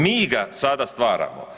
Mi ga sada stvaramo.